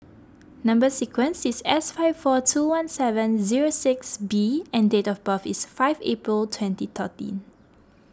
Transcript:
Number Sequence is S five four two one seven zero six B and date of birth is five April twenty thirteen